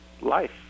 life